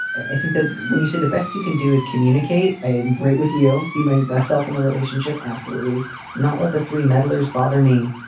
i think that when you see the best you can do is communicate a break with you, be my best self in the relationship. absolutely not. let the three meddlers bother me.